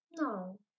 No